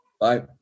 bye